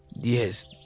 Yes